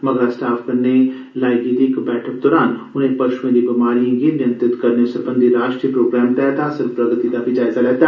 मगरा स्टाफ कन्नै लाई दी इक बैठक दरान उनें पशुएं दी बमारिएं गी नियंत्रित करने सरबंधी राश्ट्रीय प्रोग्राम तैह्त हासल प्रगति दा जायजा लैता